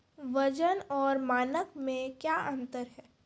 वजन और मानक मे क्या अंतर हैं?